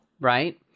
right